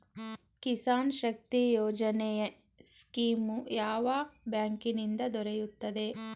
ಕಿಸಾನ್ ಶಕ್ತಿ ಯೋಜನೆ ಸ್ಕೀಮು ಯಾವ ಬ್ಯಾಂಕಿನಿಂದ ದೊರೆಯುತ್ತದೆ?